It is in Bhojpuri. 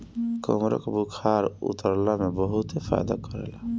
कमरख बुखार उतरला में बहुते फायदा करेला